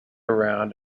around